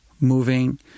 moving